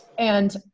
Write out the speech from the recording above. and